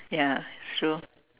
ya it's true